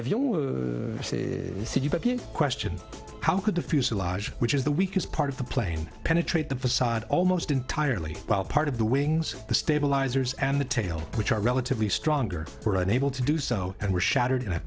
of your question how could the fuselage which is the weakest part of the plane penetrate the facade almost entirely while part of the wings the stabilizers and the tail which are relatively stronger were unable to do so and were shattered in a